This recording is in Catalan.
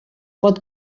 pot